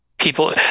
People